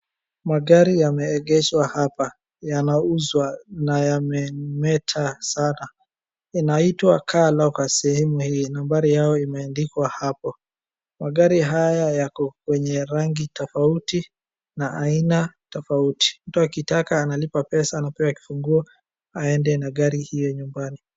Magari yameegeshwa hapa. Yanauzwa na yamemeta sana. Inaitwa CAR LOCUS sehemu hii. Nambari yao imeandikwa hapo. Magari haya yako kwenye rangi tofauti na aina tofauti. Mtu akitaka analipa pesa anapewa kifunguo aende na gari hiyo nyumbani.